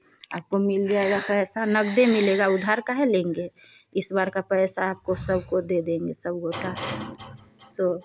आपको मिल जाएगा पैसा नगदे मिलेगा उधार काहे लेंगे इस बार का पैसा आपको सबको दे देंगे सब गोटा सो